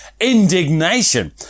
indignation